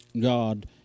God